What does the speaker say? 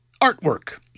artwork